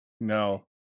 No